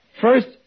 First